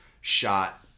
shot